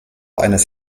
eines